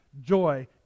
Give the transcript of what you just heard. joy